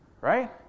right